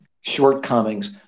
shortcomings